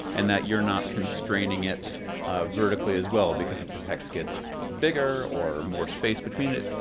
and that you're not constraining it vertically as well. because if the text gets bigger or more space between it,